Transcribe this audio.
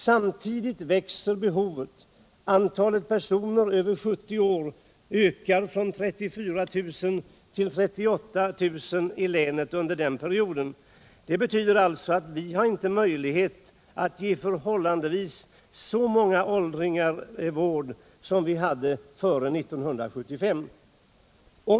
Samtidigt växer behovet. Antalet personer över 40 år ökar under denna period i länet från 34 000 till 38 000. Det betyder att vi inte har möjlighet att ge förhållandevis lika många åldringar vård som före 1975.